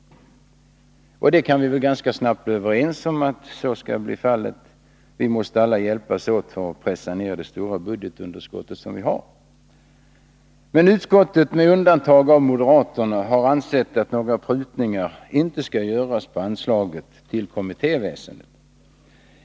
Vi kan ganska snabbt bli överens om att så skall bli fallet. Vi måste alla hjälpas åt för att pressa ner det stora budgetunderskott vi har. Men utskottet — med undantag av moderaterna — har ansett att några prutningar inte skall göras på anslaget till kommittéväsendet.